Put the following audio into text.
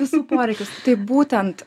visų poreikius tai būtent